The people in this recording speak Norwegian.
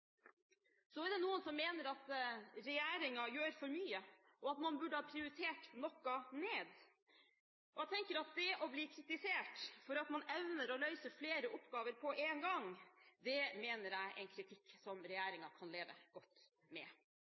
Så er det noen som mener at regjeringen gjør for mye, og at man burde ha prioritert noe ned. Jeg tenker at det å bli kritisert for at man evner å løse flere oppgaver på en gang, er en kritikk som regjeringen kan leve godt med.